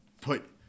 put